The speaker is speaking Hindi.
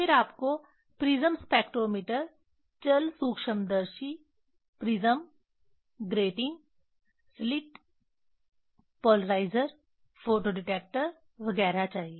फिर आपको प्रिज़्म स्पेक्ट्रोमीटर चल सूक्ष्मदर्शी prism grating slit polariser photo detector वगैरह चाहिए